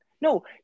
No